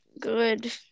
Good